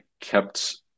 kept